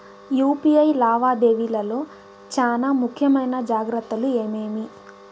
UPI లావాదేవీల లో చానా ముఖ్యమైన జాగ్రత్తలు ఏమేమి?